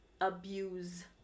Abuse